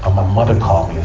ah my mother called